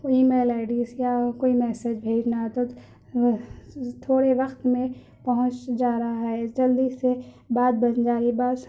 ای میل ID اس کے علاوہ کوئی میسج بھیجنا ہے تو تھوڑے وقت میں پہنچ جا رہا ہے جلدی سے بات بن جا رہی ہے بس